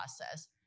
process